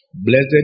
Blessed